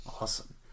Awesome